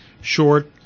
short